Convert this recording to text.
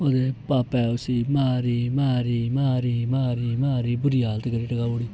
ओह्दे पाप्पै उस्सी मारी मारी मारी मारी मारी बुरी हालत करी टकाई ओड़ी